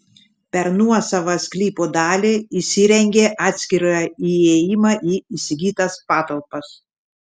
per nuosavą sklypo dalį įsirengė atskirą įėjimą į įsigytas patalpas